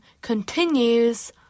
continues